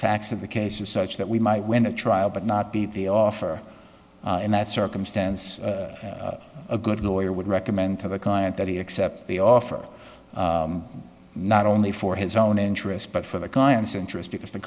facts of the case are such that we might win a trial but not be the offer in that circumstance a good lawyer would recommend to the client that he accept the offer not only for his own interest but for the client's interest because the